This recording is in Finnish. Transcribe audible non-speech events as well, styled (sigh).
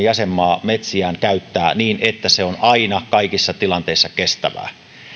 (unintelligible) jäsenma metsiään käyttää niin että se on aina kaikissa tilanteissa kestävää